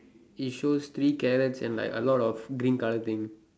it shows three carrots and like a lot of green colour things